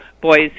boys